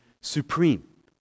supreme